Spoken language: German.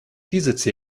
diese